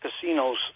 casinos